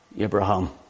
Abraham